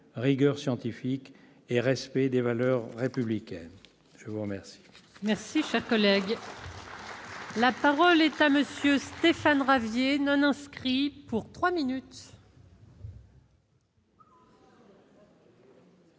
rigueur scientifique et respect des valeurs républicaines. La parole